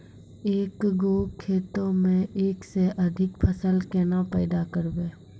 एक गो खेतो मे एक से अधिक फसल केना पैदा करबै?